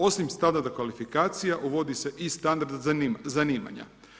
Osim standarda kvalifikacija uvodi se i standard zanimanja.